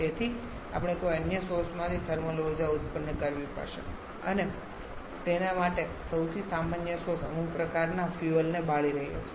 તેથી આપણે કોઈ અન્ય સોર્સમાંથી થર્મલ ઉર્જા ઉત્પન્ન કરવી પડશે અને તેના માટે સૌથી સામાન્ય સોર્સ અમુક પ્રકારના ફ્યુઅલને બાળી રહ્યો છે